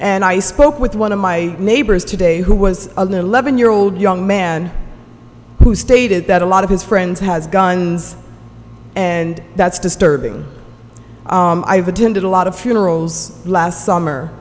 and i spoke with one of my neighbors today who was an eleven year old young man who stated that a lot of his friends has guns and that's disturbing i've attended a lot of funerals last